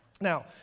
Now